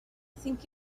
think